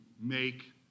make